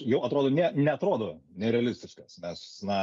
jau atrodo ne neatrodo nerealistiškas nes na